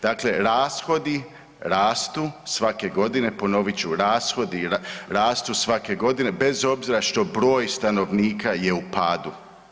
Dakle, rashodi rastu svake godine, ponovit ću, rashodi rastu svake godine bez obzira što broj stanovnika je u padu.